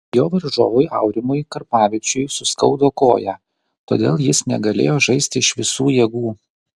jo varžovui aurimui karpavičiui suskaudo koją todėl jis negalėjo žaisti iš visų jėgų